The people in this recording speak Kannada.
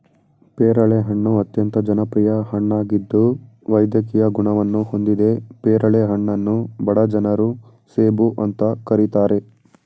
ಪೇರಳೆ ಹಣ್ಣು ಅತ್ಯಂತ ಜನಪ್ರಿಯ ಹಣ್ಣಾಗಿದ್ದು ವೈದ್ಯಕೀಯ ಗುಣವನ್ನು ಹೊಂದಿದೆ ಪೇರಳೆ ಹಣ್ಣನ್ನು ಬಡ ಜನರ ಸೇಬು ಅಂತ ಕರೀತಾರೆ